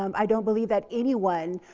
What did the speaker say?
um i don't believe that anyone,